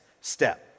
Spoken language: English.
step